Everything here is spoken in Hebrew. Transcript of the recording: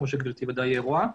כפי שגברתי בוודאי רואה,